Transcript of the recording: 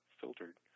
filtered